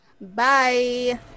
Bye